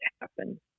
happen